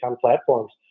platforms